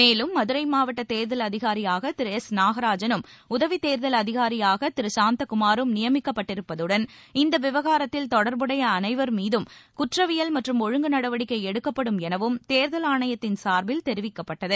மேலும் மதுரை மாவட்ட தேர்தல் அதிகாரியாக திரு எஸ் நாகராஜனும் உதவி தேர்தல் அதிகாரியாக திரு சாந்தகுமாரும் நியமிக்கப்பட்டிருப்பதுடன் இந்த விவகாரத்தில் தொடர்புடைய அனைவர் மீதும் குற்றவியல் மற்றும் ஒழுங்கு நடவடிக்கை எடுக்கப்படும் எனவும் தேர்தல் ஆணையத்தின் சார்பில் தெரிவிக்கப்பட்டது